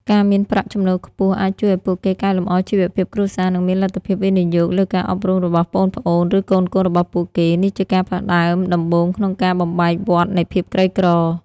ការមានប្រាក់ចំណូលខ្ពស់ អាចជួយឱ្យពួកគេកែលម្អជីវភាពគ្រួសារ និងមានលទ្ធភាពវិនិយោគលើការអប់រំរបស់ប្អូនៗ ឬកូនៗរបស់ពួកគេ។ នេះជាការផ្តើមដំបូងក្នុងការបំបែកវដ្តនៃភាពក្រីក្រ។